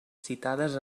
citades